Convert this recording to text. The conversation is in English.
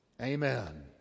amen